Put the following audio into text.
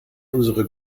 unsere